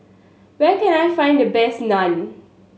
where can I find the best Naan